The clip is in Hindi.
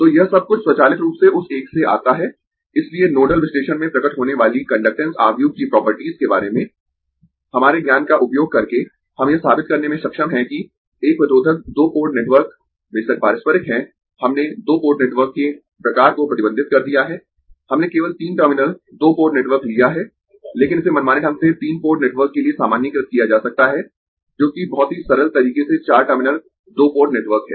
तो यह सब कुछ स्वचालित रूप से उस 1 से आता है इसलिए नोडल विश्लेषण में प्रकट होने वाली कंडक्टेन्स आव्यूह की प्रॉपर्टीज के बारे में हमारे ज्ञान का उपयोग करके हम यह साबित करने में सक्षम है कि एक प्रतिरोधक दो पोर्ट नेटवर्क बेशक पारस्परिक है हमने दो पोर्ट नेटवर्क के प्रकार को प्रतिबंधित कर दिया है हमने केवल तीन टर्मिनल दो पोर्ट नेटवर्क लिया है लेकिन इसे मनमाने ढंग से तीन पोर्ट नेटवर्क के लिए सामान्यीकृत किया जा सकता है जो कि बहुत ही सरल तरीके से चार टर्मिनल दो पोर्ट नेटवर्क है